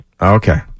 okay